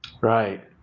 Right